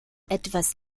etwas